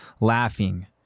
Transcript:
laughing